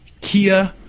Kia